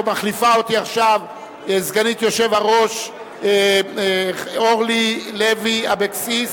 מחליפה אותי עכשיו סגנית היושב-ראש אורלי לוי אבקסיס,